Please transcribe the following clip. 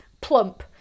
plump